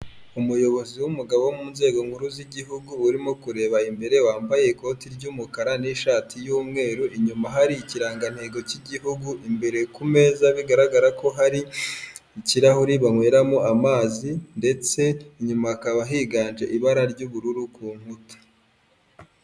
Umuyobozi w'umugabo wo mu nzego nkuru z'igihugu urimo kureba imbere wambaye ikoti ry'umukara n'ishati y'umweru inyuma hari ikirangantego cy'igihugu imbere ku meza bigaragara ko hari ikirahuri banyweramo amazi ndetse inyuma hakaba higanje ibara ry'ubururu ku nkuta.